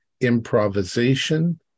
improvisation